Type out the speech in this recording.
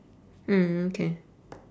mm okay